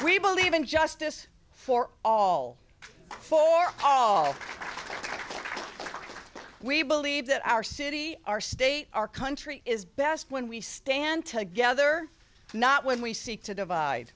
we believe in justice for all for all we believe that our city our state our country is best when we stand together not when we seek to divide